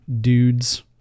dudes